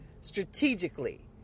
strategically